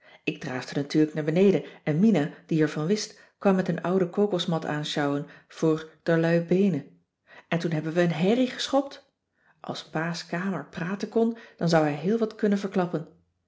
ik draafde natuurlijk naar beneden en mina die er van wist kwam met een oude cocos mat aansjouwen voor d'rlui beene en toen hebben we een herrie geschopt als pa's kamer praten kon dan zou hij heel wat kunnen verklappen